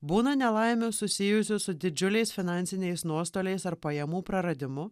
būna nelaimių susijusių su didžiuliais finansiniais nuostoliais ar pajamų praradimu